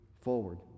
forward